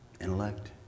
intellect